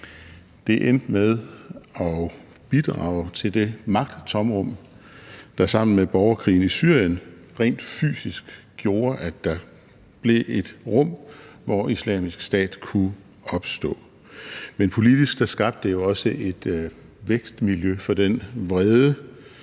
Det endte med at bidrage til det magttomrum, der sammen med borgerkrigen i Syrien rent fysisk gjorde, at der blev et rum, hvor Islamisk Stat kunne opstå. Men politisk skabte det jo også et vækstmiljø for den vrede